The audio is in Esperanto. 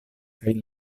kaj